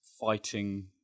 fighting